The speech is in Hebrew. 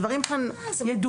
הדברים כאן ידועים.